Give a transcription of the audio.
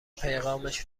پیغامش